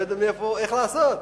לא יודע איך לעשות.